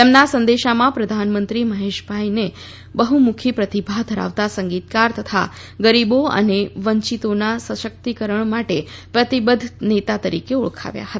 તેમના સંદેશામાં પ્રધાનમંત્રીએ મહેશભાઈને બહ્મુખી પ્રતિભા ધરાવતા સંગીતકાર તથા ગરીબો અને વંચીતોના સશક્તિકરણ માટે પ્રતિબધ્ધ નેતા તરીકે ઓળખાવ્યા હતા